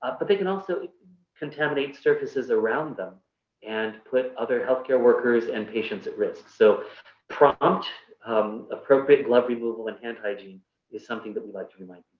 ah they can also contaminate surfaces around them and put other healthcare workers and patients at risk. so prompt appropriate glove removal and hand hygiene is something that we like to remind